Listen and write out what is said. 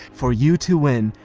for you to win,